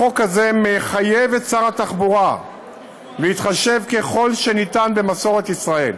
החוק הזה מחייב את שר התחבורה להתחשב ככל שניתן במסורת ישראל.